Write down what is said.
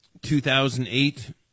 2008